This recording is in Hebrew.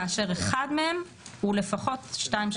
כאשר אחד מהם הוא לפחות 2,